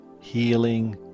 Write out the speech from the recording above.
healing